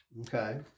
Okay